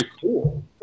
cool